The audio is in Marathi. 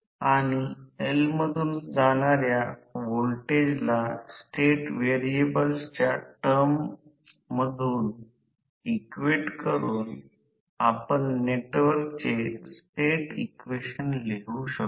तर या स्क्विररेल केज मोटर च्या रोटर ने तेथे कायमस्वरुपी बार शॉर्ट केले होते जेणेकरून हे सर्किट पॉइंट समकक्ष वाऊंड च्या रोटर वरून बदलले जाऊ शकते